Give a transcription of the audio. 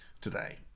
today